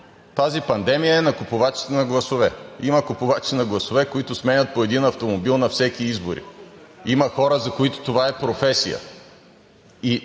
тази пандемия е на купувачите на гласове. Има купувачи на гласове, които сменят по един автомобил на всеки избори. Има хора, за които това е професия.